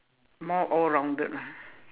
more all rounded lah